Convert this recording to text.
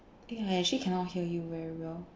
think I actually cannot hear you very well